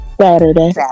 Saturday